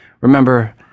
Remember